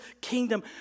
kingdom